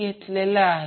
87 o आहे